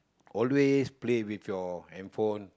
always play with your handphone